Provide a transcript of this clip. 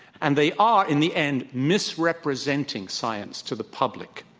and they are in the end misrepresenting science to the public,